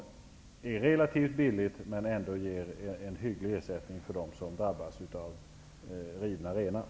Det är relativt billigt, men ger ändå en hygglig ersättning till dem som drabbas av att renar blir rivna.